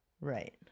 right